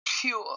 pure